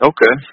Okay